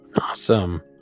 Awesome